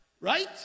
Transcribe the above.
right